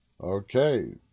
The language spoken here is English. Okay